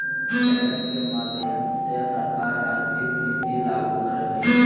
budget के माध्यम से सरकार आर्थिक नीति लागू करो हय